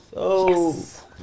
yes